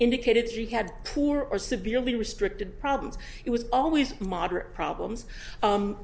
indicated she had poor or severely restricted problems it was always moderate problems